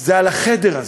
זה על החדר הזה,